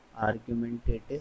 Argumentative